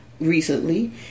recently